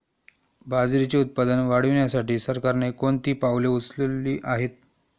बाजरीचे उत्पादन वाढविण्यासाठी सरकारने कोणती पावले उचलली आहेत?